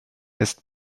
ist